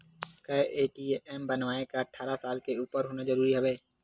का ए.टी.एम बनवाय बर अट्ठारह साल के उपर होना जरूरी हवय?